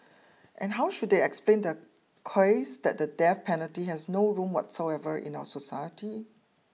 and how should they explain their that the death penalty has no room whatsoever in our society